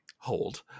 hold